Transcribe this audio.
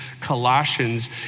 Colossians